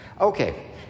Okay